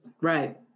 right